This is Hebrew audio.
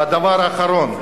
והדבר האחרון,